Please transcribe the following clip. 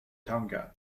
tonga